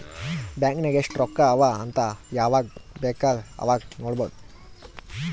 bank ನಾಗ್ ಎಸ್ಟ್ ರೊಕ್ಕಾ ಅವಾ ಅಂತ್ ಯವಾಗ ಬೇಕ್ ಅವಾಗ ನೋಡಬೋದ್